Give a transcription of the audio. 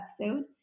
episode